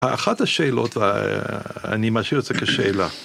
אחת השאלות, אני משאיר את זה כשאלה.